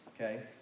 okay